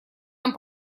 нам